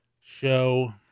show